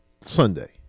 Sunday